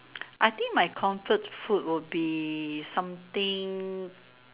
I think my comfort food will be something